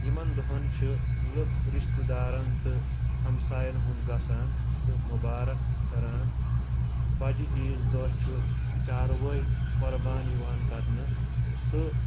یِمن دۄہن چھِ لُکھ رِشتہٕ دارَن تہٕ ہمسایَن ہُنٛد گژھان تہٕ مُبارَک کران بَجہِ عیٖز دۄہ چھُ چاروٲے قربان یِوان کرنہٕ تہٕ